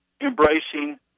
embracing